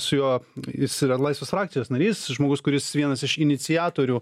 su juo jis yra laisvės frakcijos narys žmogus kuris vienas iš iniciatorių